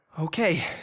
Okay